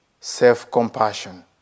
self-compassion